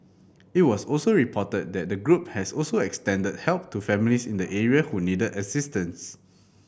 it was also reported that the group has also extended help to families in the area who needed assistance